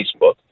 Facebook